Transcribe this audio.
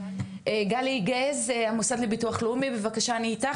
גלי גז, המוסד לביטוח לאומי, בבקשה אני איתך.